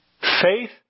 faith